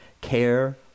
care